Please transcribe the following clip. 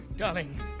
Darling